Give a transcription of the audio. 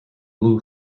blew